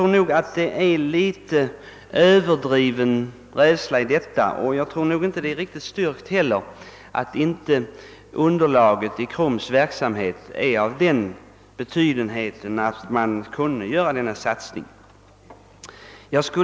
Jag anser att detta är att visa överdriven rädsla, och jag finner det inte styrkt att underlaget för KRUM:s verksamhet inte skulle vara sådant att denna satsning kan göras.